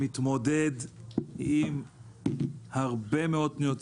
והוא מתמודד עם הרבה מאוד פניות ציבור,